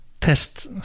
test